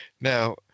Now